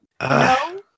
No